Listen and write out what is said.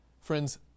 friends